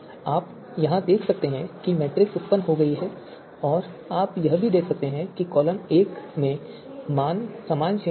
आप यहां देख सकते हैं कि मैट्रिक्स उत्पन्न हो गया है और आप यह भी देख सकते हैं कि कॉलम 1 में मान समान श्रेणी में हैं